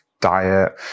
diet